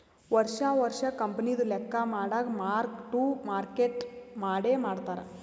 ವರ್ಷಾ ವರ್ಷಾ ಕಂಪನಿದು ಲೆಕ್ಕಾ ಮಾಡಾಗ್ ಮಾರ್ಕ್ ಟು ಮಾರ್ಕೇಟ್ ಮಾಡೆ ಮಾಡ್ತಾರ್